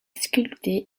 sculpter